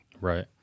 Right